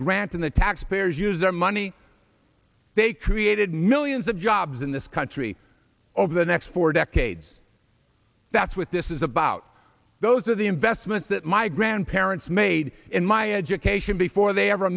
grant from the taxpayers use our money they created millions of jobs in this country over the next four decades that's what this is about those are the investments that my grandparents made in my education before they ever